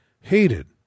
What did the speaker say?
hated